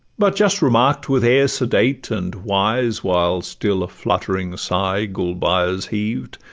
but just remark'd with air sedate and wise, while still a fluttering sigh gulbeyaz heaved,